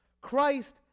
Christ